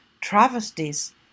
travesties